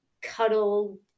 cuddle